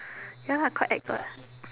ya lah quite ex what